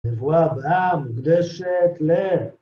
נבואה הבאה, מוקדשת ל..